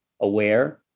aware